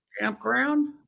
Campground